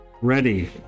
ready